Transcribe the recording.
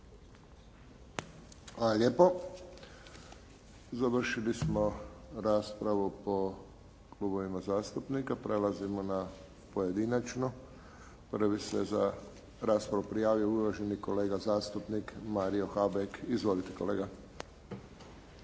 lijepo. Završili smo raspravu po klubovima zastupnika. Prelazimo na pojedinačnu. Prvi se za raspravu prijavio uvaženi kolega zastupnik Mario Habek. Izvolite kolega.